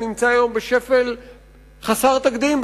שנמצא בשפל חסר תקדים,